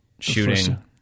Shooting